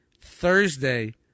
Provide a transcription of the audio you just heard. Thursday